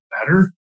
better